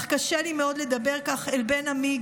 אך קשה לי מאוד לדבר כך אל בן עמי,